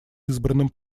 избранным